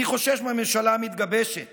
אני חושש מהממשלה המתגבשת